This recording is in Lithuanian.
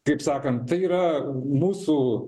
kaip sakant tai yra mūsų